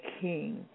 King